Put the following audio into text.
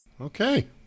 Okay